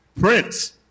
Prince